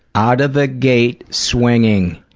out of the gate swinging.